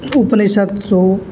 उपनिषत्सु